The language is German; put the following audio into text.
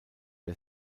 der